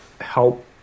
help